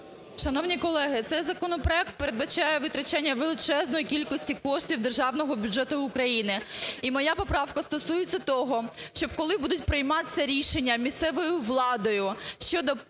Шановні колеги, цей законопроект передбачає витрачання величезної кількості коштів Державного бюджету України. І моя поправка стосується того, щоб, коли будуть прийматися рішення місцевою владою щодо